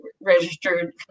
registered